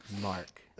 Mark